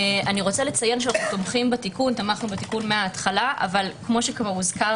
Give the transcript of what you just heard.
אני רוצה לציין שתמכנו בתיקון מההתחלה אבל כפי שהוזכר